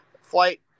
flight